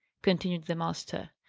continued the master.